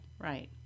Right